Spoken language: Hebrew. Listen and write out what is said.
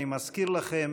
אני מזכיר לכם,